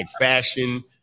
fashion